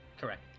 correct